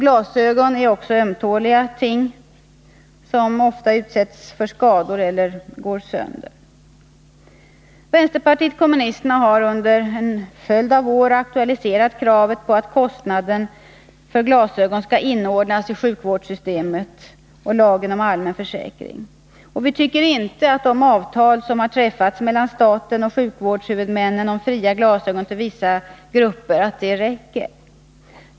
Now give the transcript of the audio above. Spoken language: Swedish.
Glasögon är också ömtåliga ting som ofta utsätts för skador eller går sönder. Vänsterpartiet kommunisterna har under en följd av år aktualiserat kravet på att kostnaden för glasögon skall inordnas i sjukvårdssystemet och lagen om allmänförsäkring. Vi tycker inte att de avtal som har träffats mellan staten och sjukvårdshuvudmännen om fria glasögon för vissa grupper räcker.